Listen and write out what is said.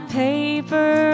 paper